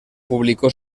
publicó